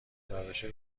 داربشه